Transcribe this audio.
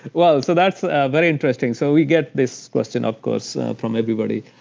well, so that's very interesting. so we get this question of course from everybody.